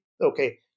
okay